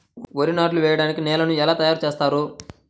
వరి నాట్లు వేయటానికి నేలను ఎలా తయారు చేస్తారు?